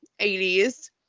80s